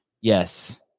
Yes